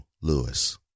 Lewis